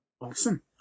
Awesome